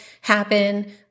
happen